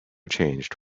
changed